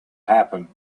happen